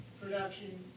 production